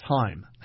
time